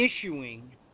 issuing